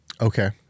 Okay